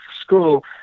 school